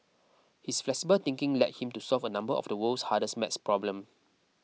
his flexible thinking led him to solve a number of the world's hardest maths problem